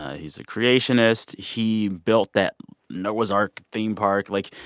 ah he's a creationist. he built that noah's ark theme park. like,